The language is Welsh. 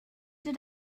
dod